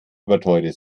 überteuerte